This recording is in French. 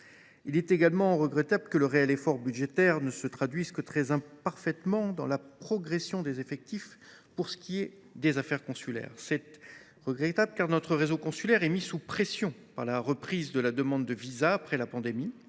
Il est également regrettable que ce réel effort budgétaire ne se traduise que très imparfaitement dans la progression des effectifs affectés aux affaires consulaires. Notre réseau consulaire est pourtant mis sous pression par la reprise des demandes de visas après la pandémie.